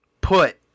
put